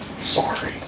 sorry